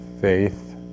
faith